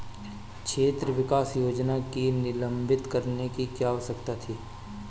क्षेत्र विकास योजना को निलंबित करने की क्या आवश्यकता थी?